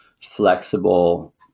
flexible